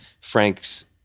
Frank's